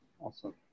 awesome